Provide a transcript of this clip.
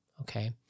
Okay